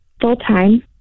full-time